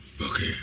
Okay